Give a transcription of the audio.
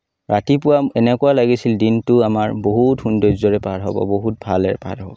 ৰাতিপুৱা এনেকুৱা লাগিছিল দিনটো আমাৰ বহুত সৌন্দৰ্য্যৰে পাৰ হ'ব বহুত ভালে ভাল হ'ব